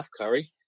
Curry